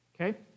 Okay